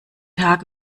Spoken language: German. tag